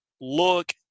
look